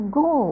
go